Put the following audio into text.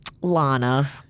Lana